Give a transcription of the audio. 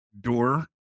door